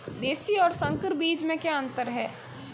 देशी और संकर बीज में क्या अंतर है?